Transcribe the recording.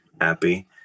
happy